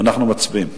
אנחנו מצביעים.